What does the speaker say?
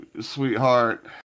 sweetheart